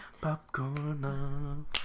Popcorn